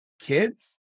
kids